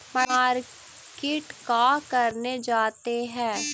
Market का करने जाते हैं?